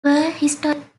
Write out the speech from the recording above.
prehistoric